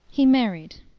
he married.